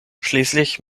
schließlich